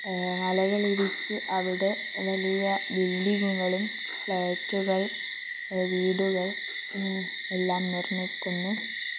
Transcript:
മലകളിടിച്ച് അവിടെ വലിയ ബിൽഡിങ്ങുകളും ഫ്ലാറ്റുകൾ വീടുകൾ എല്ലാം നിർമ്മിക്കുന്നു